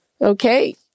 Okay